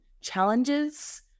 challenges